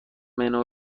منو